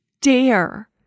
dare